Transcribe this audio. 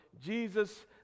Jesus